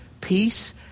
peace